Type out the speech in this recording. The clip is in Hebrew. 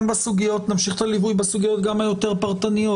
נמשיך את הליווי גם בסוגיות היותר פרטניות,